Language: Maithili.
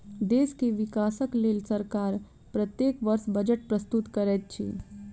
देश के विकासक लेल सरकार प्रत्येक वर्ष बजट प्रस्तुत करैत अछि